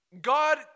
God